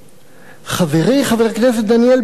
חברי חבר הכנסת דניאל בן-סימון,